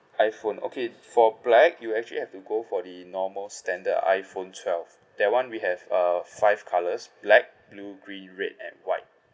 iPhone okay for black you actually have to go for the normal standard iPhone twelve that [one] we have uh five colours black blue green red and white